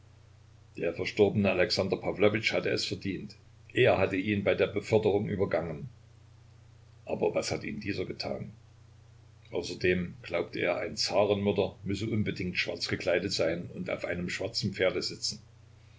der verstorbene alexander pawlowitsch hatte es verdient er hatte ihn bei der beförderung übergangen aber was hat ihm dieser getan außerdem glaubte er ein zarenmörder müsse unbedingt schwarz gekleidet sein und auf einem schwarzen pferde sitzen